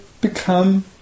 become